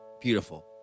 Beautiful